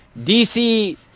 dc